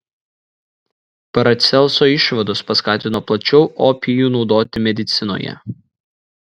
paracelso išvados paskatino plačiau opijų naudoti medicinoje